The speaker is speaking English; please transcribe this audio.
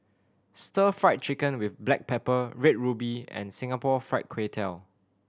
Stir Fried Chicken with black pepper Red Ruby and Singapore Fried Kway Tiao